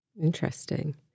Interesting